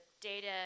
data